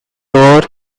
tours